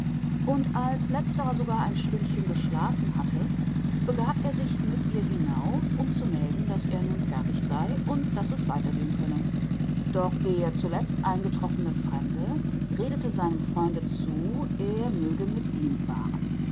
und als letzterer sogar ein stündchen geschlafen hatte begab er sich mit ihr hinauf um zu melden daß er nun fertig sei und daß es weiter gehen könne doch der zuletzt eingetroffene fremde redete seinem freunde zu er möge mit ihm fahren